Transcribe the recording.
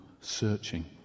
Searching